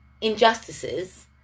injustices